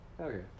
Okay